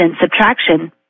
subtraction